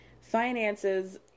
finances